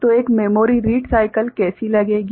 तो एक memory read cycle कैसी लगेगी